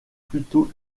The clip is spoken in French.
plutôt